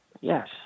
yes